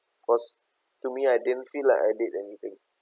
cause to me I didn't feel like I did anything